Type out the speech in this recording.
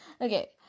Okay